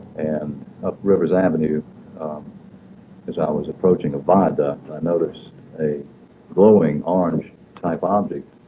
and up rivers avenue as i was approaching a viaduct i noticed a glowing orange type object